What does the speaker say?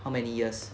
how many years